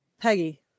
Peggy